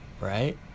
right